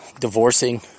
divorcing